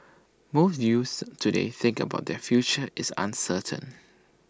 most youths today think about their future is uncertain